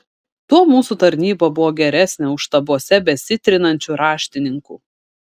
tuo mūsų tarnyba buvo geresnė už štabuose besitrinančių raštininkų